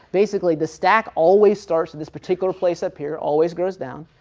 basically the stack always starts with this particular place up here, always goes down,